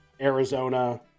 Arizona